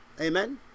Amen